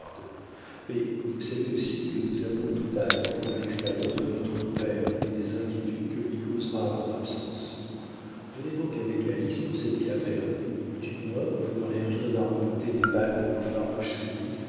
mais vous savez aussi que nous avons tout à attendre de l'expérience de votre père et des inquiétudes que lui causera votre absence venez donc avec alice dans cette caverne où du moins vous n'aurez rien à redouter des balles de nos farouches ennemis